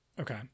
Okay